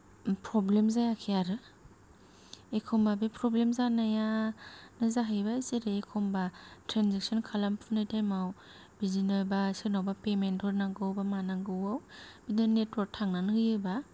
problem जायाखै आरो एखम्बा बे प्रब्लेम जानायानो जाहैबाय जेरै एखम्बा त्रेन्जेक्सन खालामफुनाय टाईमाव बिदिनो बा सोरनावबा पेमेन्तफोर नांगौ बा मानांगौआव बिदि नेतवर्क थांनानै होयोबा